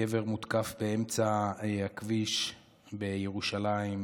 גבר מותקף באמצע הכביש בירושלים,